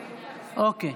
אוקיי,